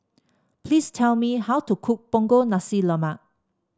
please tell me how to cook Punggol Nasi Lemak